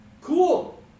cool